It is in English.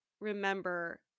remember